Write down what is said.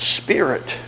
spirit